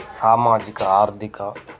సామాజిక ఆర్థిక